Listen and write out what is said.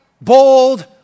bold